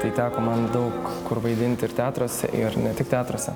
tai teko man daug kur vaidinti ir teatruose ir ne tik teatruose